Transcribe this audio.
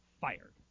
fired